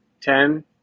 ten